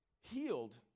healed